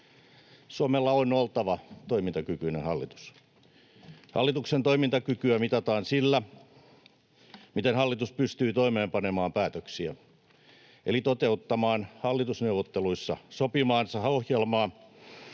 Suomella on oltava toimintakykyinen hallitus. Hallituksen toimintakykyä mitataan sillä, miten hallitus pystyy toimeenpanemaan päätöksiä eli toteuttamaan hallitusneuvotteluissa sopimaansa ohjelmaa